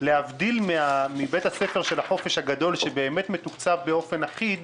להבדיל מבית הספר של החופש הגדול שבאמת מתוקצב באופן אחיד,